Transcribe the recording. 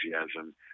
enthusiasm